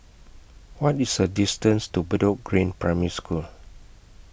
What IS The distance to Bedok Green Primary School